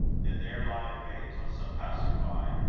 and there lie in wait till some passer-by,